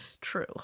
true